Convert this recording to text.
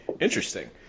Interesting